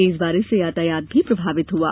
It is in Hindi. तेज बारिश से यातायात प्रभावित हुआ